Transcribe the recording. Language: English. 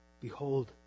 behold